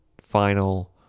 final